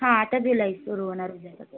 हां तर जुलै सुरु होणार उद्यापासून